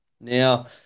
Now